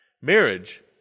Marriage